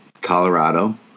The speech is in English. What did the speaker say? Colorado